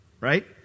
right